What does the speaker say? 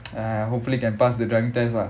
uh hopefully can pass the driving test ah